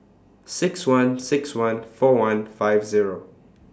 six one six one four one five Zero